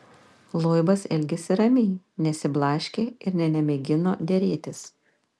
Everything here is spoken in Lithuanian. loibas elgėsi ramiai nesiblaškė ir nė nemėgino derėtis